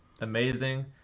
amazing